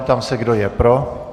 Ptám se, kdo je pro.